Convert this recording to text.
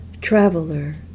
traveler